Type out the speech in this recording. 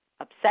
upset